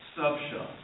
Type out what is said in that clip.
subshells